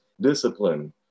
discipline